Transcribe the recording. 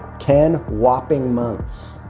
ten whopping months.